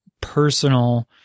personal